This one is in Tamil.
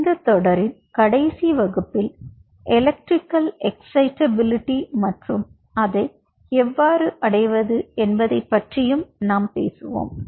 எனவே தொடரின் கடைசி வகுப்பில் எலக்ட்ரிகல் எஸ்சைடபிளிட்டி மற்றும் அதை எவ்வாறு அடைவது என்பதைப் பற்றி பேசுவோம்